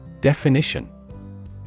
Definition